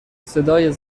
صدای